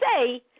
say